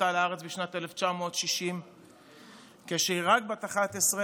עלתה לארץ בשנת 1960 כשהיא רק בת 11,